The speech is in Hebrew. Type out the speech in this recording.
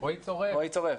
רועי צורף.